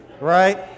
right